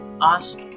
ask